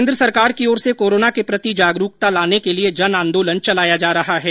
केन्द्र सरकार की ओर से कोरोना के प्रति जागरूकता लाने के लिए जनआंदोलन चलाया जा रहा है